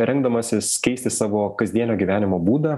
rengdamasis keisti savo kasdienio gyvenimo būdą